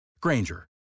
Granger